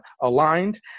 aligned